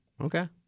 Okay